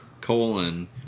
colon